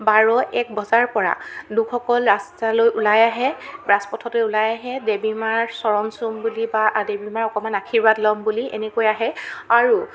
বাৰ এক বজাৰ পৰা লোকসকল ৰাস্তালৈ ওলাই আহে ৰাজপথতে ওলাই আহে দেৱী মাৰ চৰণ চুম বুলি বা দেৱী মাৰ অকণমান আশীৰ্বাদ ল'ম বুলি এনেকে আহে আৰু